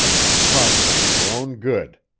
i'm talking for your own good!